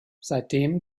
seitdem